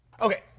Okay